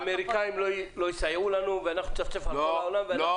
ושהאמריקנים לא יסייעו לנו ואנחנו נצפצף על כל העולם.